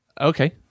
Okay